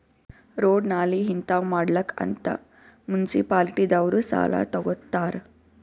road, ನಾಲಿ ಹಿಂತಾವ್ ಮಾಡ್ಲಕ್ ಅಂತ್ ಮುನ್ಸಿಪಾಲಿಟಿದವ್ರು ಸಾಲಾ ತಗೊತ್ತಾರ್